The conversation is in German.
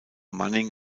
manning